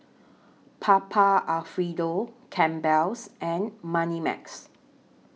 Papa Alfredo Campbell's and Moneymax